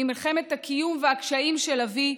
ממלחמת הקיום והקשיים של אבי,